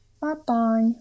Bye-bye